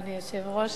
אדוני היושב-ראש,